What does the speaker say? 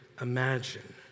imagine